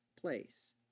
place